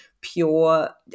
pure